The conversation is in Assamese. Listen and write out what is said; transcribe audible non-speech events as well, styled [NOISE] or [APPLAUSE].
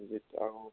[UNINTELLIGIBLE]